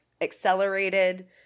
accelerated